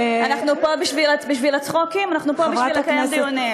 הוא אמור לשבת כאן, בכיסא שלו, ולהקשיב לנאומים.